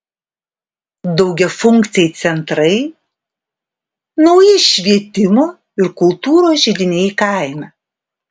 daugiafunkciai centrai nauji švietimo ir kultūros židiniai kaime